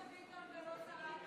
למה שאשא ביטון ולא שרת הפנים?